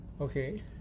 okay